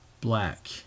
black